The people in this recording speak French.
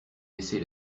baisser